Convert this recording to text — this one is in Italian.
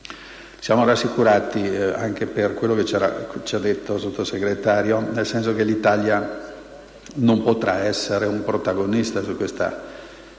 Siamo rassicurati anche per quanto ci ha detto il Sottosegretario, nel senso che l'Italia non potrà essere un protagonista di questa crisi siriana.